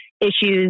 issues